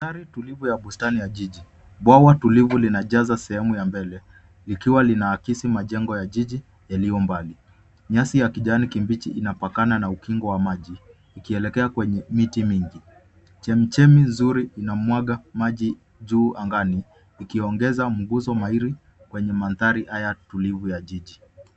Mandhari tulivu ya bustani ya jiji. Bwawa tulivu linajaza sehemu ya mbele likiwa linaakisi majengo ya jiji yaliyo mbali. Nyasi ya kijani kibichi inapakana na ukingo wa maji, ikielekea kwenye miti mingi. Chemichemi zuri inamwaga maji juu angani, ikiongeza mguso dhairi kwenye mandhari haya tulivu ya jiji.